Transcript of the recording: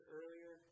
earlier